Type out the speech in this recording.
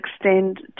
extend